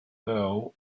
earl